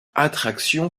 attraction